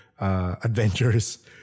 adventures